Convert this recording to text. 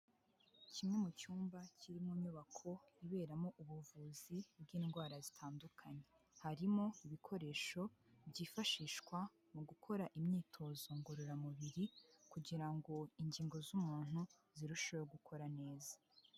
Kimwe mu cyumba kiri mu nyubako iberamo ubuvuzi bw'indwara zitandukanye. Harimo ibikoresho byifashishwa mu gukora imyitozo ngororamubiri, kugira ngo ingingo z'umuntu zirusheho gukora neza.